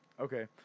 Okay